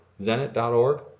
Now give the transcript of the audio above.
Zenit.org